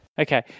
Okay